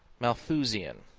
malthusian,